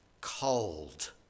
cold